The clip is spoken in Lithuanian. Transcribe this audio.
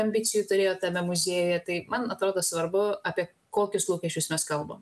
ambicijų turėjo tame muziejuje tai man atrodo svarbu apie kokius lūkesčius mes kalbam